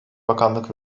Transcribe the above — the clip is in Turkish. bakanlık